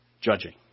judging